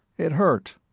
it hurt.